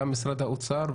עם משרד האוצר,